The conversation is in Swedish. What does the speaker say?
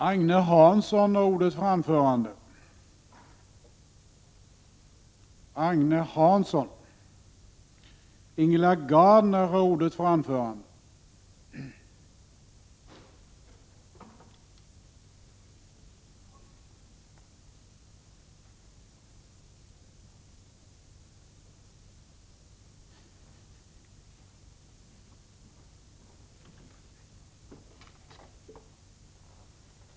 Herr talman! Jag vill nu förflytta oss till arbetsmarknadsutskottets betänkande nr 16 och yrka bifall till reservation 3 av Karl-Erik Persson.